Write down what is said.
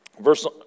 Verse